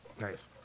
Nice